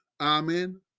Amen